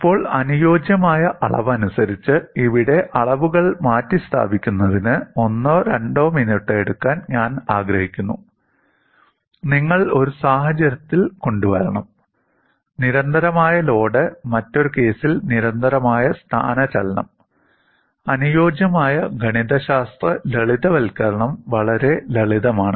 ഇപ്പോൾ അനുയോജ്യമായ അളവനുസരിച്ച് ഇവിടെ അളവുകൾ മാറ്റിസ്ഥാപിക്കുന്നതിന് ഒന്നോ രണ്ടോ മിനിറ്റ് എടുക്കാൻ ഞാൻ ആഗ്രഹിക്കുന്നു നിങ്ങൾ ഒരു സാഹചര്യത്തിൽ കൊണ്ടുവരണം നിരന്തരമായ ലോഡ് മറ്റൊരു കേസിൽ നിരന്തരമായ സ്ഥാനചലനം അനുയോജ്യമായ ഗണിതശാസ്ത്ര ലളിതവൽക്കരണം വളരെ ലളിതമാണ്